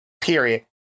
period